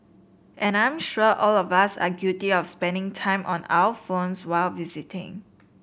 and I'm sure all of us are guilty of spending time on our phones while visiting